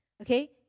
okay